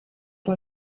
dan